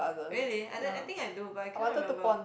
really I d~ I think I do but I cannot remember